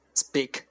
speak